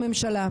הממשלה.